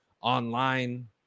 online